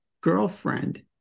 girlfriend